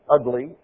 ugly